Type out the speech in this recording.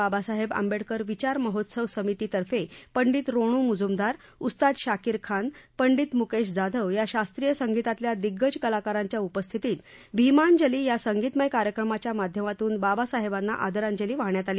बाबासाहेब आंबेडकर विचार महोत्सव समिती तर्फे पंडित रोणू मझुमदार उस्ताद शाकीर खानपंडित मुकेश जाधव या शास्त्रीय संगीतातल्या दिग्गज कलाकारांच्या उपस्थितीत भीमांजली या संगीतमय कार्यक्रमाच्या माध्यमातून बाबासाहेबांना आदरांजली वाहण्यात आली